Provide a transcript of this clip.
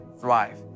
thrive